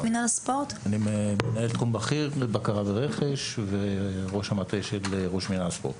אני מנהל תחום בכיר לבקרה ורכש וראש המטה של ראש מינהל הספורט.